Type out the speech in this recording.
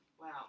Wow